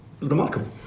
remarkable